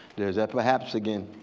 there's that perhaps again.